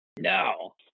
no